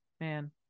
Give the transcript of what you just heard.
man